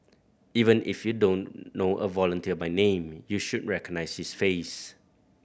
even if you don't know a volunteer by name you should recognise his face